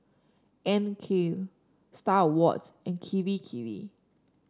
Anne Klein Star Awards and Kirei Kirei